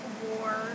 War